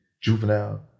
juvenile